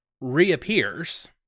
reappears